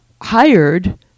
hired